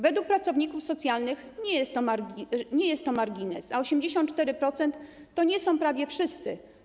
Według pracowników socjalnych nie jest to margines, a 84% to nie są prawie wszyscy.